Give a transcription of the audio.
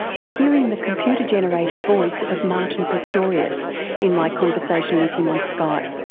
we're hearing the computer-generated voice of martin pistorius in my conversation with him on skype.